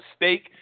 mistake